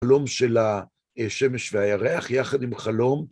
חלום של השמש והירח, יחד עם חלום.